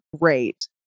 Great